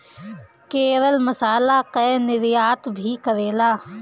केरल मसाला कअ निर्यात भी करेला